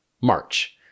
March